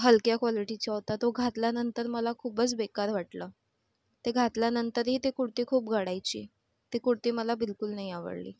हलक्या क्वालिटीचा होता तो घातल्यानंतर मला खूपच बेकार वाटलं ते घातल्यानंतरही ती कुडती खूप गडायची ती कुडती मला बिलकुल नाही आवडली